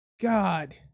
God